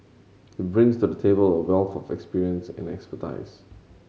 he brings to the table a wealth of experience and expertise